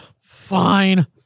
Fine